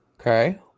Okay